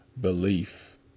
belief